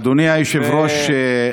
אדוני היושב-ראש,